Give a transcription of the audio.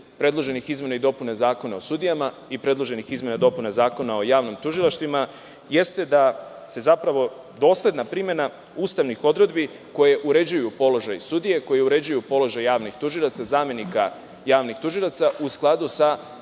predloženih izmena i dopuna Zakona o sudijama i predloženih izmena i dopuna Zakona o javnim tužilaštvima jeste da dosledna primena ustavnih odredbi, koje uređuju položaj sudije, koje uređuju položaj javnih tužilaca, zamenika javnih tužilaca, bude u skladu sa